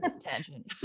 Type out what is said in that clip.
tangent